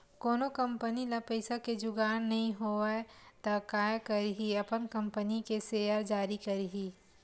कोनो कंपनी ल पइसा के जुगाड़ नइ होवय त काय करही अपन कंपनी के सेयर जारी करही